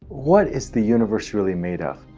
what is the universe really made of?